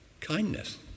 Kindness